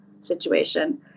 situation